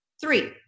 Three